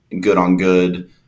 good-on-good